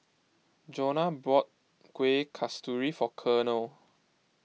Jonna bought Kuih Kasturi for Colonel